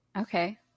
Okay